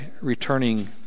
returning